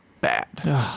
bad